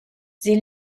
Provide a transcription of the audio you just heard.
sie